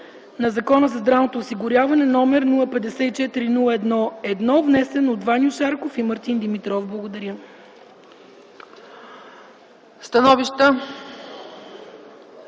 на Закона за здравното осигуряване, № 054-01-1, внесен от Ваньо Шарков и Мартин Димитров.” Благодаря.